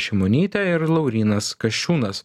šimonytė ir laurynas kasčiūnas